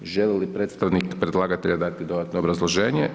Želi li predstavnik predlagatelja dati dodatno obrazloženje?